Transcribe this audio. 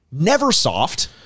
Neversoft